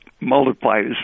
multiplies